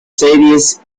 series